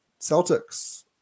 Celtics